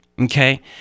okay